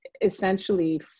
essentially